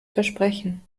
versprechen